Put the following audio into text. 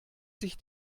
sich